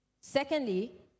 secondly